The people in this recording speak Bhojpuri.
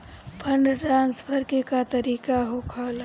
फंडट्रांसफर के का तरीका होला?